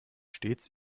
stets